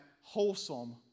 wholesome